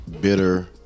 Bitter